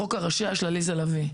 החוק הראשי היה של עליזה לביא.